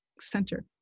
center